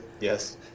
Yes